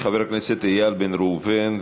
חבר הכנסת איל בן ראובן,